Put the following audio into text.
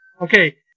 Okay